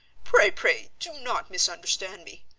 pray, pray, do not misunderstand me.